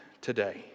today